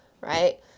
right